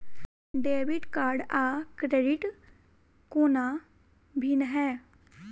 Debit card आ credit कोना भिन्न है?